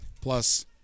Plus